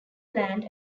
land